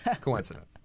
Coincidence